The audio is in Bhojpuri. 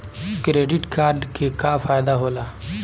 क्रेडिट कार्ड के का फायदा होला?